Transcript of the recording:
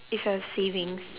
if your savings